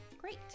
Great